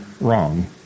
wrong